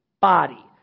Body